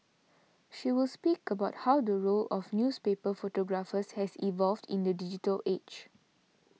she will speak about how the role of newspaper photographers has evolved in the digital age